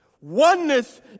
Oneness